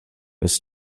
ist